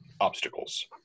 obstacles